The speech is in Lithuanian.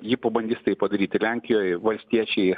ji pabandys tai padaryti lenkijoj valstiečiai